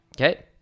okay